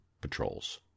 patrols